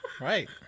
Right